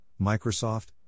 Microsoft